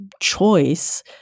choice